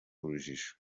urujijo